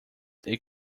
they